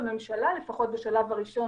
למעט פעם אחת,